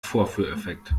vorführeffekt